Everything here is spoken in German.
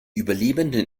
überlebenden